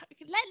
Let